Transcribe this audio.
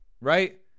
Right